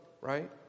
right